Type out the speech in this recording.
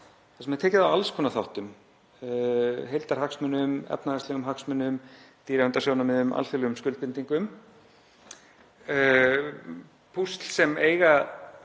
þar sem er tekið á alls konar þáttum, heildarhagsmunum, efnahagslegum hagsmunum, dýraverndarsjónarmiðum, alþjóðlegum skuldbindingum; púsl sem eiga